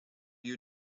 you